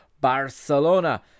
Barcelona